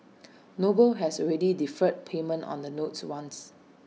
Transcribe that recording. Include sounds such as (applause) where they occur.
(noise) noble has already deferred payment on the notes once